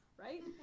right